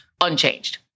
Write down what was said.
unchanged